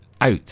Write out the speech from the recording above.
out